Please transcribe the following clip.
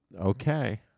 Okay